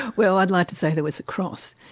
well i'd like to say there was a cross.